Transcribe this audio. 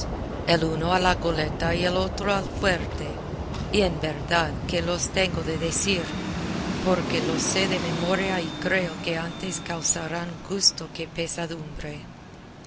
el uno a la goleta y el otro al fuerte y en verdad que los tengo de decir porque los sé de memoria y creo que antes causarán gusto que pesadumbre